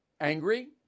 angry